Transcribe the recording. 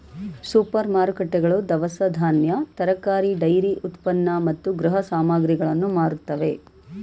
super ಮಾರುಕಟ್ಟೆಗಳು ದವಸ ಧಾನ್ಯ, ತರಕಾರಿ, ಡೈರಿ ಉತ್ಪನ್ನ ಮತ್ತು ಗೃಹ ಸಾಮಗ್ರಿಗಳನ್ನು ಮಾರುತ್ತವೆ